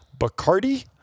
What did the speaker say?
Bacardi